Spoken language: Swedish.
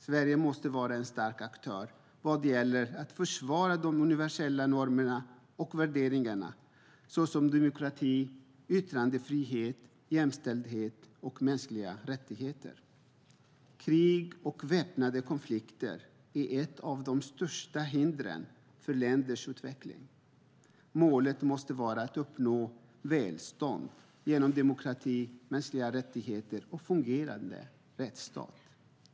Sverige måste vara en stark aktör vad gäller att försvara de universella normerna och värderingarna såsom demokrati, yttrandefrihet, jämställdhet och mänskliga rättigheter. Krig och väpnade konflikter är ett av de största hindren för länders utveckling. Målet måste vara att uppnå välstånd genom demokrati, mänskliga rättigheter och en fungerande rättsstat.